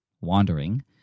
wandering